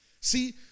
See